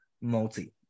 multi